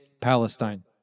Palestine